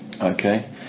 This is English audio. Okay